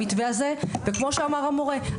כמו שאמר המורה,